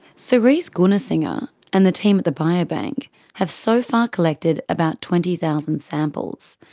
so cerisse gunasinghe and the team at the bio-bank have so far collected about twenty thousand samples.